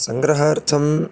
सङ्ग्रहार्थं